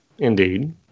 Indeed